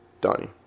Donnie